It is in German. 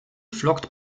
flockt